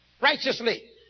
righteously